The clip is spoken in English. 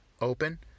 open